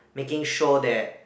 making sure that